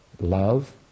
love